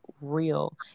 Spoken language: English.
real